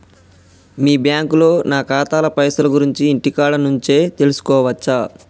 మీ బ్యాంకులో నా ఖాతాల పైసల గురించి ఇంటికాడ నుంచే తెలుసుకోవచ్చా?